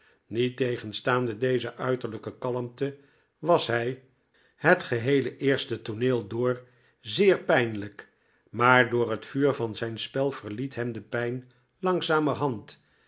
niettegenstaande deze uiterlijke kalmte was hij het geheele eerste tooneel door zeer pijnlijk maar door het vuur van zijn spel verliet hem de pijn langzamerhand